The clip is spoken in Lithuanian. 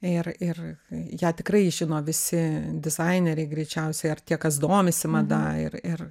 ir ir ją tikrai žino visi dizaineriai greičiausiai ar tie kas domisi mada ir ir